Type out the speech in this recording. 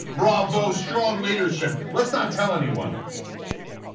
bravo, strong leadership, let's not tell anyone.